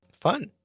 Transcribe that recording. Fun